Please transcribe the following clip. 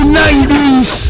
90s